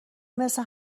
مثل